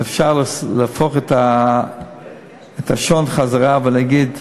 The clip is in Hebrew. ואפשר להפוך את השעון ולהגיד: